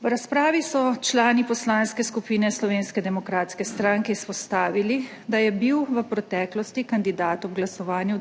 V razpravi so člani Poslanske skupine Slovenske demokratske stranke izpostavili, da je bil v preteklosti kandidat v Državnem